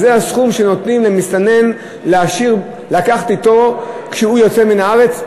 שזה הסכום שנותנים למסתנן לקחת אתו כשהוא יוצא מן הארץ,